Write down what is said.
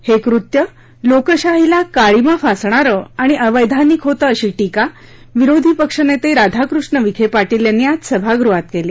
हे कृत्य लोकशाहीला काळिमा फासणारं आणि अवैधानिक होतं अशी टीका विरोधीपक्ष नेते राधाकृष्ण विखे पाटील यांनी आज सभागृहात केली